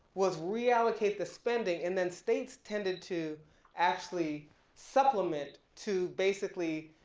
was reallocate the spending and then states tended to actually supplement to basically